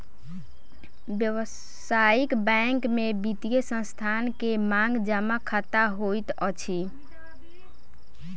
व्यावसायिक बैंक में वित्तीय संस्थान के मांग जमा खता होइत अछि